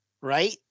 right